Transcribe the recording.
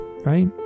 right